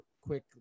quick